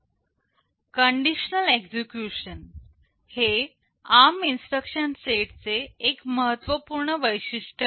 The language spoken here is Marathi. कंडिशनल एक्झिक्युशन हे ARM इन्स्ट्रक्शन सेट चे एक महत्वपूर्ण वैशिष्ट्य आहे